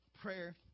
prayer